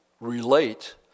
relate